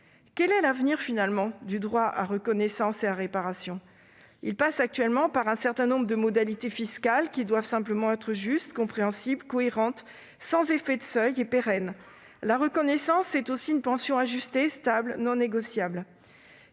Quel est l'avenir du droit à reconnaissance et à réparation ? Il se traduit, actuellement, par un certain nombre modalités fiscales, qui doivent simplement être justes, compréhensibles, cohérentes, sans effet de seuil et pérennes. La reconnaissance, c'est aussi une pension ajustée, stable, non négociable.